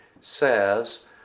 says